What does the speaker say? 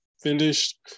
finished